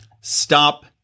Stop